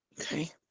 Okay